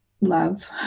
Love